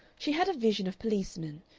she had a vision of policemen,